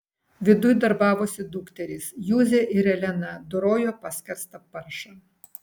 viduj darbavosi dukterys juzė ir elena dorojo paskerstą paršą